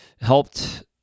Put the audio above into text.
helped